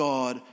God